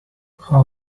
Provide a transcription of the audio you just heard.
how